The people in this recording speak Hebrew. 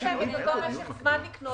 יש להם כאן משך זמן לקנות את הציוד.